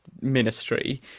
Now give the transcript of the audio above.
ministry